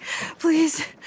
please